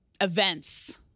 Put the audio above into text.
events